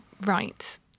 right